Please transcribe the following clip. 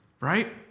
right